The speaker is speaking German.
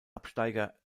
absteiger